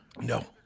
No